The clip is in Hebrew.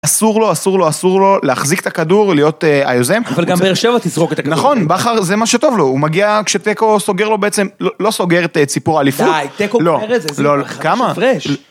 אסור לו, אסור לו, אסור לו, להחזיק את הכדור, להיות היוזם. אבל גם ברשבת תזרוק את הכדור. נכון, זה מה שטוב לו, הוא מגיע, כשטקו סוגר לו בעצם, לא סוגר את ציפור הלפנות, לא, לא, כמה?